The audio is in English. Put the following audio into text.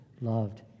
loved